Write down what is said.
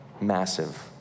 massive